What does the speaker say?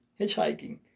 hitchhiking